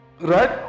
Right